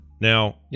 Now